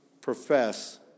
profess